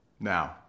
now